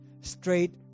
straight